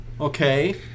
okay